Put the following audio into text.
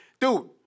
dude